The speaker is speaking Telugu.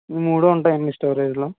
మూడు ఉంటాయండి మీ స్టోరేజ్ లో